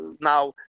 now